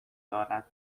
دارد